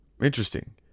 Interesting